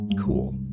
cool